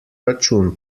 račun